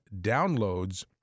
downloads